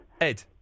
Ed